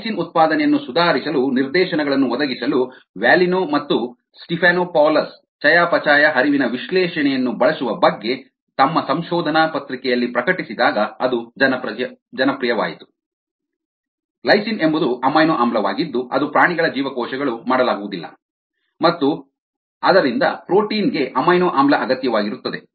lysine ಉತ್ಪಾದನೆಯನ್ನು ಸುಧಾರಿಸಲು ನಿರ್ದೇಶನಗಳನ್ನು ಒದಗಿಸಲು ವಾಲಿನೋ ಮತ್ತು ಸ್ಟೆಫನೋಪೌಲೋಸ್ ಚಯಾಪಚಯ ಹರಿವಿನ ವಿಶ್ಲೇಷಣೆಯನ್ನು ಬಳಸುವ ಬಗ್ಗೆ ತಮ್ಮ ಸಂಶೋಧನಾ ಪತ್ರಿಕೆಯಲ್ಲಿ ಪ್ರಕಟಿಸಿದಾಗ ಅದು ಜನಪ್ರಿಯವಾಯಿತು ಲೈಸಿನ್ ಎಂಬುದು ಅಮೈನೊ ಆಮ್ಲವಾಗಿದ್ದು ಅದು ಪ್ರಾಣಿಗಳ ಜೀವಕೋಶಗಳು ಮಾಡಲಾಗುವುದಿಲ್ಲ ಮತ್ತು ಆದ್ದರಿಂದ ಪ್ರೋಟೀನ್ ಗೆ ಅಮೈನೊ ಆಮ್ಲ ಅಗತ್ಯವಾಗಿರುತ್ತದೆ